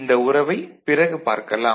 இந்த உறவைப் பிறகு பார்க்கலாம்